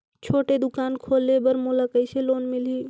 छोटे दुकान खोले बर मोला कइसे लोन मिलही?